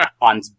on